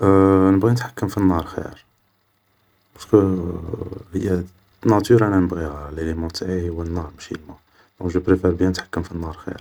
نبغي نتحكم في النار خير, بارسكو هيدو ناتور انا نبغيها, ليليمون تاعي هو النار ماشي الم, دونك جو بريفار نتحكم في النار خير